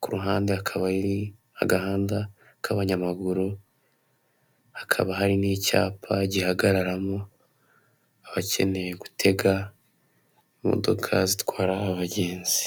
ku ruhande akaba ari agahanda k'abanyamaguru, hakaba hari n'icyapa gihagararamo abakeneye gutega imodoka zitwara abagenzi.